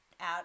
out